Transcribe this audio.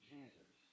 Jesus